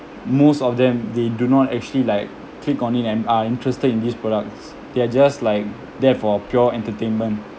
most of them they do not actually like click on it and are interested in these products they're just like there for pure entertainment